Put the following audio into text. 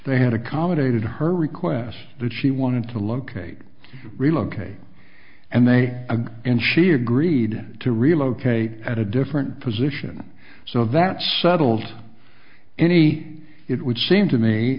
they had accommodated her request that she wanted to locate relocate and they and she agreed to relocate at a different position so that settles any it would seem to me